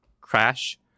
crash